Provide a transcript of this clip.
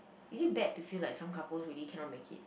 is it bad to feel like some couples really cannot make it